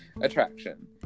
attraction